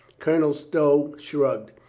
colonel stow shrugged.